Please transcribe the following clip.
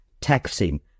taxing